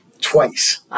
twice